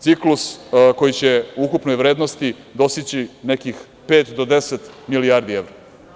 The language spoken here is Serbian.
Ciklus koji će u ukupnoj vrednosti dostići nekih pet do deset milijardi evra.